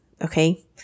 Okay